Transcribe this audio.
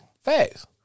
Facts